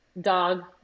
Dog